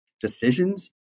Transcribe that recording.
decisions